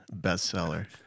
bestseller